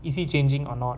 is he changing or not